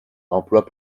emplois